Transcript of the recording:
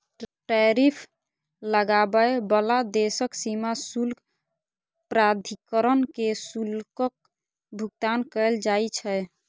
tariff लगाबै बला देशक सीमा शुल्क प्राधिकरण कें शुल्कक भुगतान कैल जाइ छै